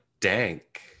dank